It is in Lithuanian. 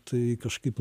tai kažkaip